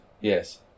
yes